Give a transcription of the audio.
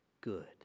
good